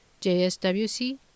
JSWC